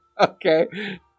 Okay